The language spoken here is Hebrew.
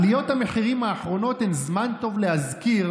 עליות המחירים האחרונות הן זמן טוב להזכיר